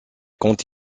compte